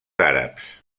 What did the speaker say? àrabs